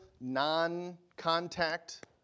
non-contact